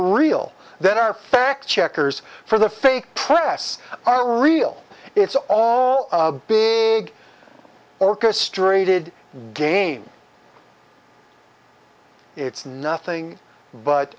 real that are fact checkers for the fake press are real it's all a big orchestrated game it's nothing but